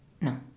No